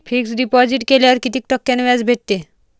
Fix deposit केल्यावर कितीक टक्क्यान व्याज भेटते?